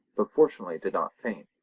but fortunately did not faint,